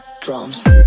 Drums